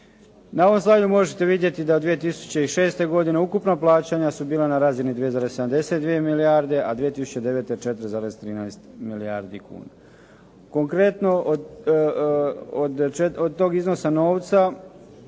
Na ovom slajdu možete vidjeti da 2006. godine ukupna plaćanja su bila na razini 2,72 milijarde a 2009. 4,13 milijardi kuna. Konkretno od toga iznosa novca